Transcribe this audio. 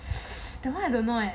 that [one] I don't know eh